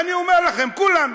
ואני אומר לכם: כולנו.